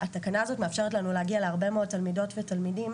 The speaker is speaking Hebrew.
התקנה הזאת מאפשרת להגיע להרבה מאוד תלמידות ותלמידים